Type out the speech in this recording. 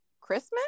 Christmas